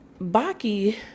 Baki